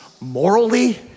morally